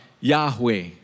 Yahweh